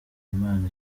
imana